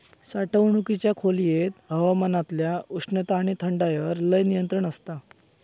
साठवणुकीच्या खोलयेत हवामानातल्या उष्णता आणि थंडायर लय नियंत्रण आसता